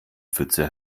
pfütze